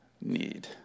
need